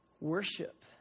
Worship